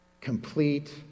Complete